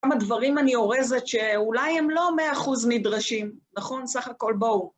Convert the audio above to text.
כמה דברים אני אורזת שאולי הם לא 100% נדרשים, נכון? סך הכל, בואו...